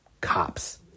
Cops